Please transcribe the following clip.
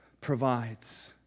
provides